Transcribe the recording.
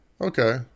Okay